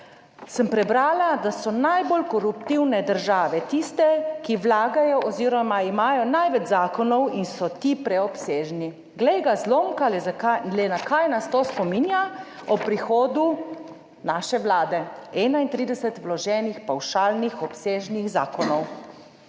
sem prebrala, da so najbolj koruptivne države tiste, ki vlagajo oziroma imajo največ zakonov in so ti preobsežni. Glej ga zlomka, le na kaj nas to spominja? Ob prihodu naše vlade 31 vloženih pavšalnih obsežnih zakonov.